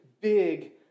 big